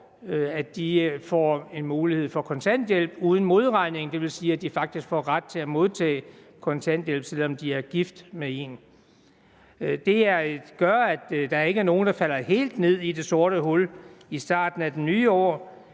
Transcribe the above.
år, får en mulighed for kontanthjælp uden modregning. Det vil sige, at de faktisk får ret til at modtage kontanthjælp, selv om de er gift med en. Det gør, at der ikke er nogen, der falder helt ned i det sorte hul i starten af det nye år,